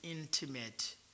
intimate